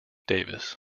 davis